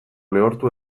lehortu